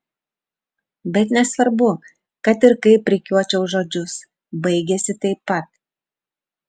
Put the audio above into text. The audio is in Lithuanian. bet nesvarbu kad ir kaip rikiuočiau žodžius baigiasi taip pat